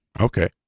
Okay